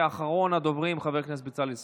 אחרון הדוברים, חבר הכנסת בצלאל סמוטריץ',